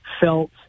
felt